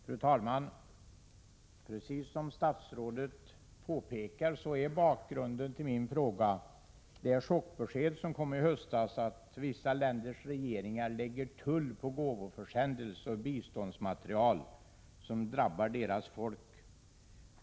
Fru talman! Precis som statsrådet påpekar är bakgrunden till min fråga det chockbesked som kom i höstas om att vissa länders regeringar lägger tull på gåvoförsändelser och biståndsmaterial, vilket drabbar deras folk.